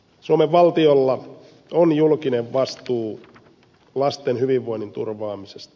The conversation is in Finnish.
suomen valtiolla on julkinen vastuu lasten hyvinvoinnin turvaamisesta